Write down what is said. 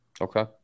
Okay